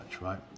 right